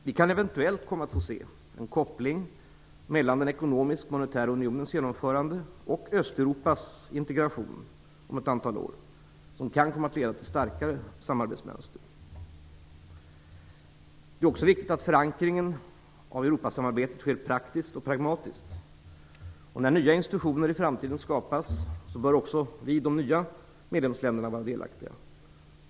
Vi kan eventuellt om ett antal år komma att få se en koppling mellan den ekonomiska och monetära unionens genomförande och Östeuropas integration som kan komma att leda till starkare samarbetsmönster. Det är också viktigt att förankringen av Europasamarbetet sker praktiskt och pragmatiskt. När nya institutioner skapas i framtiden bör också de nya medlemsländerna vara delaktiga.